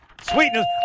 Sweetness